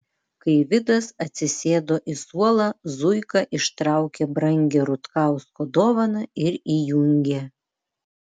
kai vidas atsisėdo į suolą zuika ištraukė brangią rutkausko dovaną ir įjungė